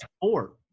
four